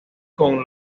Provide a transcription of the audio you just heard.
con